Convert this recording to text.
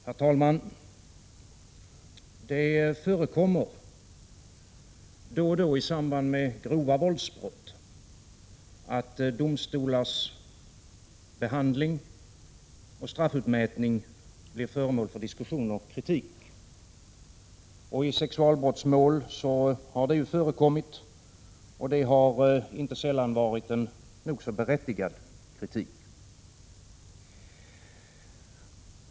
Herr talman! Det förekommer då och då i samband med grova våldsbrott att domstolars behandling och straffutmätning blir föremål för diskussion och kritik. I sexualbrottsmål har det förekommit, och det har inte sällan varit en nog så berättigad kritik.